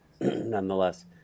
nonetheless